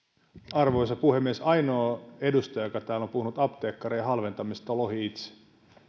arvoisa puhemies ainoa edustaja joka täällä on puhunut apteekkarien halventamisesta on lohi itse